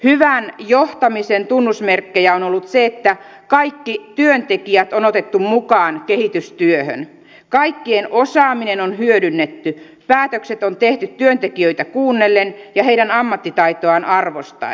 hyvän johtamisen tunnusmerkkejä on ollut se että kaikki työntekijät on otettu mukaan kehitystyöhön kaikkien osaaminen on hyödynnetty päätökset on tehty työntekijöitä kuunnellen ja heidän ammattitaitoaan arvostaen